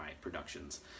productions